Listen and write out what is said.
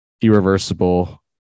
Irreversible